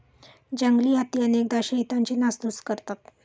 जंगली हत्ती अनेकदा शेतांची नासधूस करतात